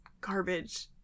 garbage